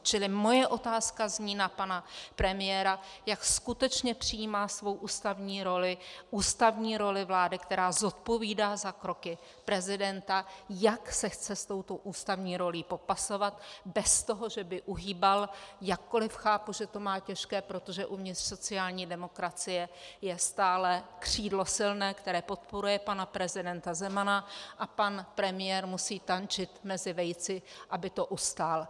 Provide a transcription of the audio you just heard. Čili moje otázka zní na pana premiéra, jak skutečně přijímá svou ústavní roli, ústavní roli vlády, která zodpovídá za kroky prezidenta, jak se chce s touto ústavní rolí popasovat, bez toho, že by uhýbal, jakkoli chápu, že to má těžké, protože uvnitř sociální demokracie je stále silné křídlo, které podporuje pana prezidenta Zemana, a pan premiér musí tančit mezi vejci, aby to ustál.